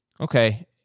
Okay